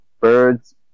Birds